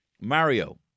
Mario